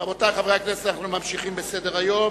רבותי חברי הכנסת, אנחנו ממשיכים בסדר-היום: